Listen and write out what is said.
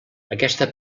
aquesta